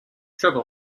trevor